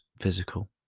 physical